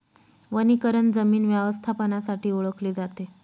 वनीकरण जमीन व्यवस्थापनासाठी ओळखले जाते